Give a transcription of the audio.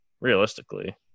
realistically